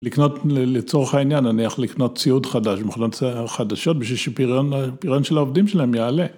לקנות, לצורך העניין, נניח לקנות ציוד חדש במכונות חדשות בשביל שהפיריון של העובדים שלהם יעלה.